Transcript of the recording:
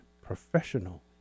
professional